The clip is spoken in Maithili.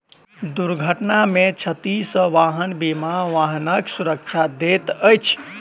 दुर्घटना में क्षति सॅ वाहन बीमा वाहनक सुरक्षा दैत अछि